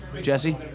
Jesse